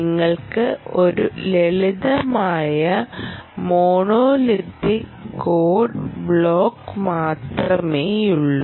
നിങ്ങൾക്ക് ഒരു ലളിതമായ മോണോലിത്തിക് കോഡ് ബ്ലോക്ക് മാത്രമേയുള്ളൂ